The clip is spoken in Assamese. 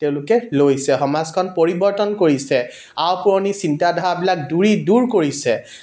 তেওঁলোকে লৈছে সমাজখন পৰিৱৰ্তন কৰিছে আওপুৰণি চিন্তা ধাৰাবিলাক দূৰী দূৰ কৰিছে